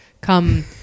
come